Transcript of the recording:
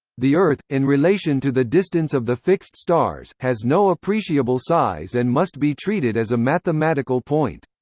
the earth, in relation to the distance of the fixed stars, has no appreciable size and must be treated as a mathematical point.